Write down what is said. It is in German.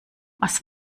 was